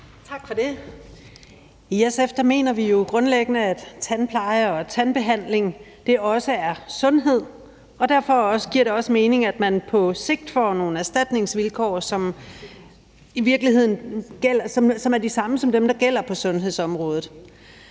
I SF mener vi jo grundlæggende, at tandpleje og tandbehandling også er sundhed, og derfor giver det også mening, at man på sigt får nogle erstatningsvilkår, som er de samme som dem, der gælder på sundhedsområdet.